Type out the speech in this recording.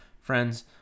Friends